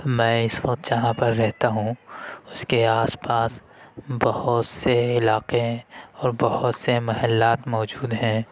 میں اس وقت جہاں پر رہتا ہوں اس کے آس پاس بہت سے علاقے ہیں اور بہت سے محلات موجود ہیں